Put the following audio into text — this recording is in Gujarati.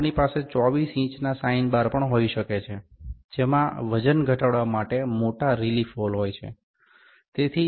આપણી પાસે 24 ઇંચ ના સાઇન બાર પણ હોઈ શકે છે જેમાં વજન ઘટાડવા માટે મોટા રીલીફ હોલ હોય છે